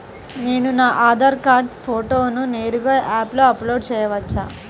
నేను నా ఆధార్ కార్డ్ ఫోటోను నేరుగా యాప్లో అప్లోడ్ చేయవచ్చా?